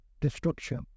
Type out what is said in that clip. destruction